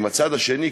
עם הצד השני,